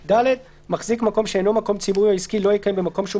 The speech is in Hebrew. (ד) מחזיק מקום שאינו מקום ציבורי או עסקי לא יקיים במקום שאותו